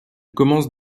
commence